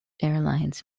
airlines